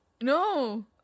No